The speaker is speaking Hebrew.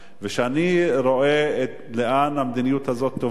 כשאני רואה לאן המדיניות הזאת תוביל,